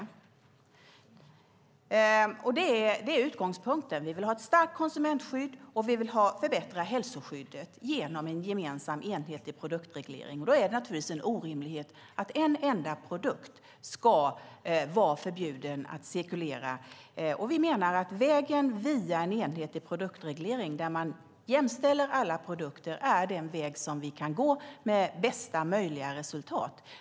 Det är utgångspunkten. Vi vill ha ett starkt konsumentskydd, och vi vill förbättra hälsoskyddet genom en gemensam, enhetlig produktreglering. Då är det naturligtvis en orimlighet att en enda produkt ska vara förbjuden att cirkulera. Vi menar att vägen via en enhetlig produktreglering där man jämställer alla produkter är den väg vi kan gå med bästa möjliga resultat.